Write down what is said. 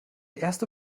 erste